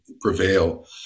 prevail